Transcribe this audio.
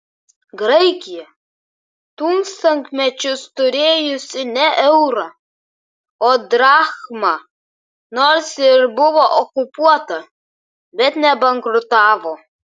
graikija tūkstantmečius turėjusi ne eurą o drachmą nors ir buvo okupuota bet nebankrutavo